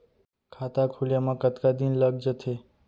खाता खुले में कतका दिन लग जथे?